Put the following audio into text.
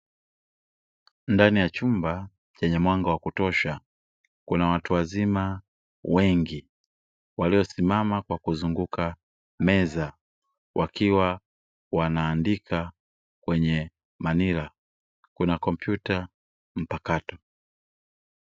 Ndani ya chumba chenye mwanga wa kutosha, kuna watu wazima wengi waliosimama kwa kuzunguka meza, wakiwa wanaandika kwenye manila. Kuna kompyuta mpakato.